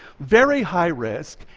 very high-risk,